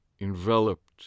enveloped